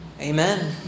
Amen